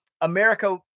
america